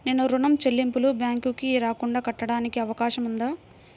నేను ఋణం చెల్లింపులు బ్యాంకుకి రాకుండా కట్టడానికి అవకాశం ఉందా?